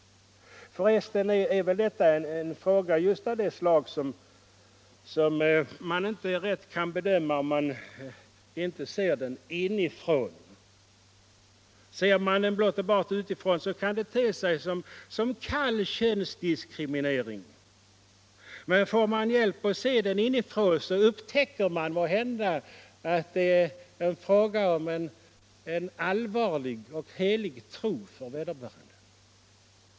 För resten är väl detta en fråga av just det slag som man inte kan bedöma om man inte ser den inifrån. Ser man den blott och bart utifrån kan det te sig som kall könsdiskriminering. Men får man hjälp att se den från annat håll upptäcker man måhända att det är en fråga om allvarlig och helig tro.